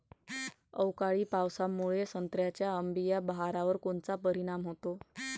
अवकाळी पावसामुळे संत्र्याच्या अंबीया बहारावर कोनचा परिणाम होतो?